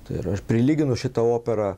tai yra aš prilyginu šitą operą